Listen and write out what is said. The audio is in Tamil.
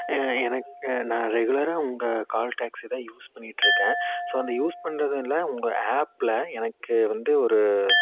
எனக்கு நான் ரெகுலராக உங்கள் கால் டேக்சி தான் யூஸ் பண்ணியிட்டுருக்கேன் ஸோ அந்த யூஸ் பண்ணுறதுன்ல உங்க ஆப்பில் எனக்கு வந்து ஒரு